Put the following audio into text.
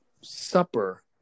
supper